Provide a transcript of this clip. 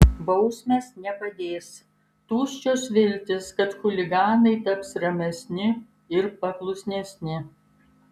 bausmės nepadės tuščios viltys kad chuliganai taps ramesni ir paklusnesni